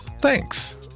Thanks